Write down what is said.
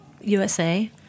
USA